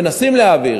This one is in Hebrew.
מנסים להעביר,